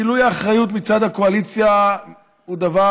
גילוי אחריות מצד הקואליציה הוא דבר,